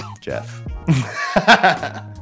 Jeff